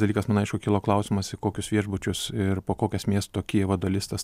dalykas man aišku kilo klausimas į kokius viešbučius ir po kokias miesto kijevo dalis tas